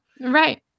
Right